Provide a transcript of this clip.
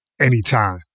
anytime